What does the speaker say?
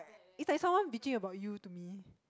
it's like someone bitching about you to me